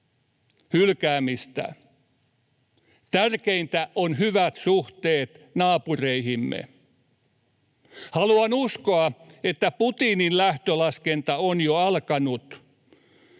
hylkäämistä. Tärkeintä on hyvät suhteet naapureihimme. Haluan uskoa, että Putinin lähtölaskenta on jo alkanut,